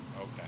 okay